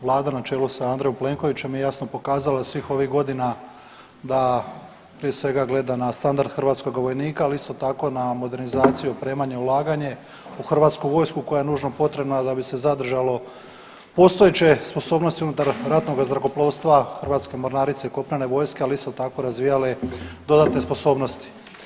Vlada na čelu sa Andrejem Plenkovićem je jasno pokazala da svih ovih godina da prije svega gleda na standard hrvatskoga vojnika, ali isto tako na modernizaciju, opremanje, ulaganje u hrvatsku vojsku koja je nužno potrebna da bi se zadržalo postojeće sposobnosti unutar ratnoga zrakoplovstva hrvatske mornarice i kopnene vojske, ali isto tako razvijale dodatne sposobnosti.